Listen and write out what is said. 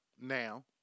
Now